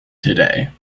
today